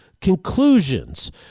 conclusions